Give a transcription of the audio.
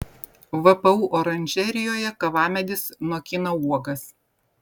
vpu oranžerijoje kavamedis nokina uogas